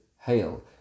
Hail